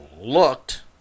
looked